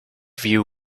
view